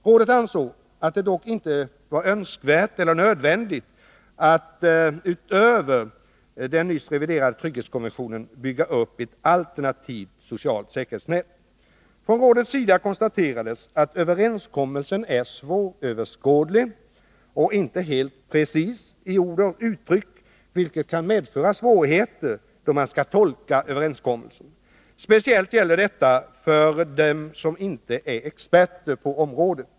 Rådet ansåg det dock inte önskvärt eller nödvändigt att utöver den nyss reviderade trygghetskonventionen bygga upp ett alternativt socialt säkerhetsnät. Från rådets sida konstaterades att överenskommelsen är svåröverskådlig och inte helt exakt i ord och uttryck, vilket kan medföra svårigheter då man skall tolka överenskommelsen. Speciellt gäller detta för dem som inte är experter på området.